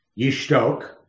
Yishtok